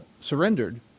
surrendered